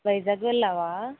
వైజాగ్ వెళ్ళావా